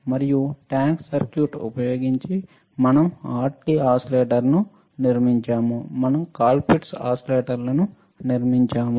మరియు tank circuit ఉపయోగించి మనం హార్ట్లీ ఓసిలేటర్ ని నిర్మించాము మనం కోల్పిట్లను నిర్మించాము